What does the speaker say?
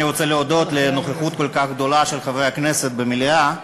אני רוצה להודות על הנוכחות הכל-כך גדולה של חברי הכנסת במליאה,